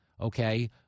okay